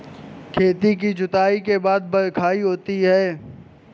खेती की जुताई के बाद बख्राई होती हैं?